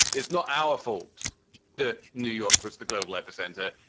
it's not our fault that new york was the global epicenter.